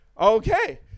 Okay